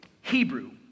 Hebrew